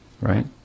Right